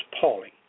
Pauling